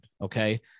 okay